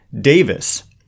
Davis